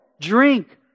drink